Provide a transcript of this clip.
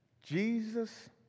Jesus